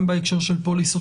גם בהקשר של פוליסות הביטוח,